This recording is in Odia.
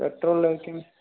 ପେଟ୍ରୋଲ୍ରେ କି